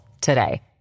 today